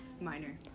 minor